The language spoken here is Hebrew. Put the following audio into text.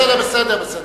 בסדר, בסדר.